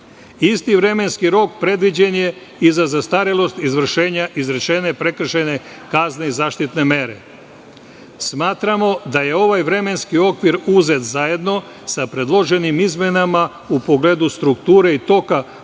vremenski rok predviđen je i za zastarelost izrečene prekršajne kazne i zaštitne mere. Smatramo da je ovaj vremenski okvir uzet zajedno sa predloženim izmenama u pogledu strukture i toka